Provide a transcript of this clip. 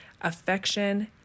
affection